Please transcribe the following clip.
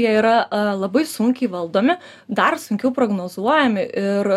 jie yra labai sunkiai valdomi dar sunkiau prognozuojami ir